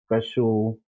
special